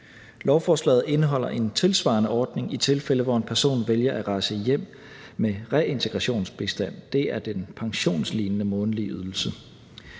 Lovforslaget indeholder en tilsvarende ordning i de tilfælde, hvor en person vælger at rejse hjem med reintegrationsbistand – det er den pensionslignende månedlige ydelse.